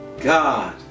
God